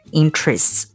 interests